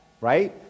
right